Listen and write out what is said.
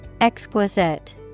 Exquisite